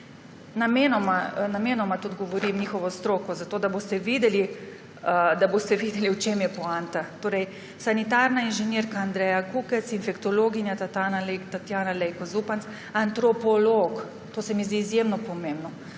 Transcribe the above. namenoma govorim tudi njihovo stroko, zato da boste videli, v čem je poanta – sanitarna inženirka Andreja Kukec, infektologinja Tatjana Lejko Zupanc, antropolog – to se mi zdi izjemno pomembno,